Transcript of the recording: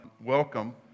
welcome